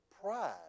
pride